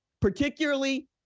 particularly